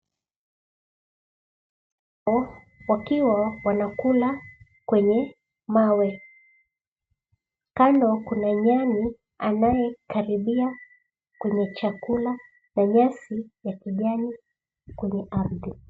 Viboko wakiwa wanakula kwenye mawe. Kando kuna nyani, anayekaribia kwenye chakula na nyasi ya kijani kwenye ardhi.